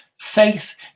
faith